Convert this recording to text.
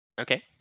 Okay